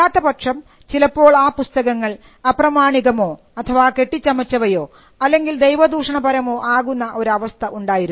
അല്ലാത്തപക്ഷം ചിലപ്പോൾ ആ പുസ്തകങ്ങൾ വെറുതെ അപ്രമാണികമോ അഥവാ കെട്ടിച്ചമച്ചവയോ അല്ലെങ്കിൽ ദൈവദൂഷണപരമോ ആകുന്ന അവസ്ഥ ഉണ്ടായിരുന്നു